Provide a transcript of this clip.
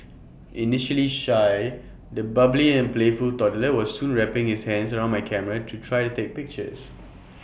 initially shy the bubbly and playful toddler was soon wrapping his hands round my camera to try to take pictures